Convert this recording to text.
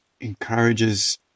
encourages